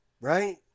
Right